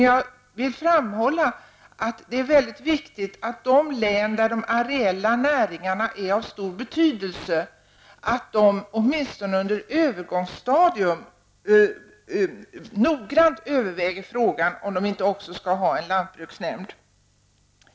Jag vill framhålla att det är mycket viktigt att de län där de areella näringarna är av stor betydelse åtminstone under en övergångsperiod noggrant överväger frågan om de inte också skall ha en lantbruksnämnd.